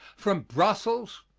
from brussels,